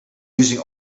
using